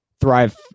Thrive